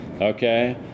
okay